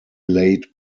late